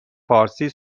فارسی